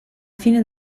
fine